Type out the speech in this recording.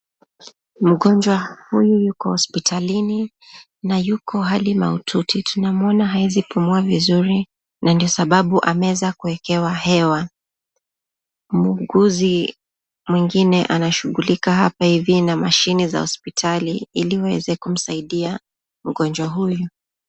Mgonjwa huyu yuko hosipitalini, na yuko hali mahututi. Tunamuona haezi pumua vizuri na ndo sababu ameweza kuekewa hewa. Muuguzi mwingine anashughulika hapa hivi na mashini za hosipitali ili waeze kumsaidia mgonjwa huyu.